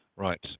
Right